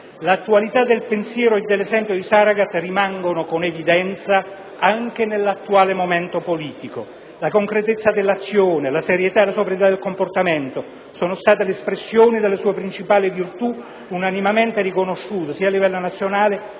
L'attualità del pensiero e dell'esempio di Saragat rimangono con evidenza anche nell'attuale momento politico. La concretezza dell'azione, la serietà e la sobrietà del comportamento sono state l'espressione delle sue principali virtù, unanimemente riconosciute sia a livello nazionale